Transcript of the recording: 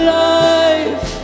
life